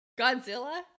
Godzilla